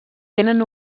tenen